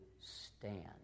stand